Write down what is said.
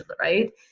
Right